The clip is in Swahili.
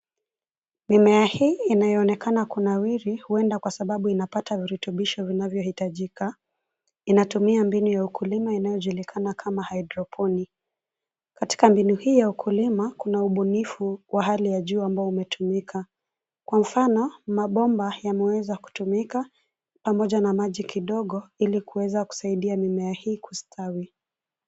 Mimea hii inayoonekana kunawiri huenda kwa sababu inapata virutubisho vinavyohitajika, inatumia mbinu ya ukulima inayojulikana kama hydroponic , katika mbinu hii ya ukulima kuna ubunifu, wa hali ya juu ambao umetumika, kwa mfano mabomba yameweza kutumika, pamoja na maji kidogo, ili kuweza kusaidia mimea hii kustawi.